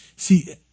See